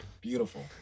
Beautiful